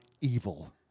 evil